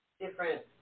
different